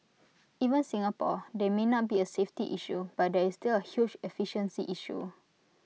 even Singapore they may not be A safety issue but there is still A huge efficiency issue